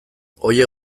horiek